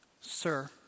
sir